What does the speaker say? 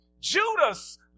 Judas